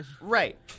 Right